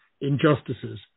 injustices